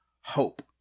hope